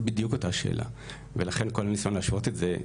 זו בדיוק אותה השאלה ולכן כל הניסיון להשוות את זה,